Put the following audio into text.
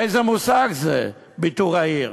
איזה מושג זה, ביתור העיר?